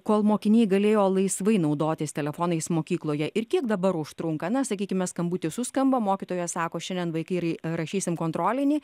kol mokiniai galėjo laisvai naudotis telefonais mokykloje ir kiek dabar užtrunka na sakykime skambutis suskamba mokytoja sako šiandien vaikai ra rašysim kontrolinį